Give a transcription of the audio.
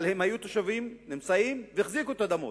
אבל הם היו תושבים נמצאים והחזיקו את האדמות.